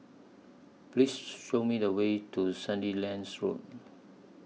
Please Show Me The Way to Sandilands Road